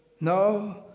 No